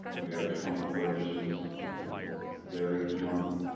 we average twenty four admissions there each month.